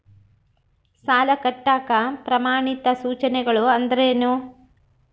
ಸಾಲ ಕಟ್ಟಾಕ ಪ್ರಮಾಣಿತ ಸೂಚನೆಗಳು ಅಂದರೇನು?